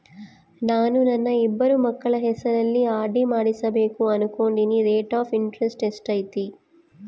ನಾನು ನನ್ನ ಇಬ್ಬರು ಮಕ್ಕಳ ಹೆಸರಲ್ಲಿ ಆರ್.ಡಿ ಮಾಡಿಸಬೇಕು ಅನುಕೊಂಡಿನಿ ರೇಟ್ ಆಫ್ ಇಂಟರೆಸ್ಟ್ ಎಷ್ಟೈತಿ?